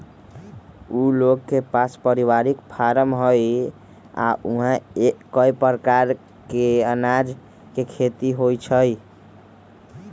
उ लोग के पास परिवारिक फारम हई आ ऊहा कए परकार अनाज के खेती होई छई